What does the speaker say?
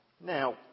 Now